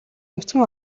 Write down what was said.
нүцгэн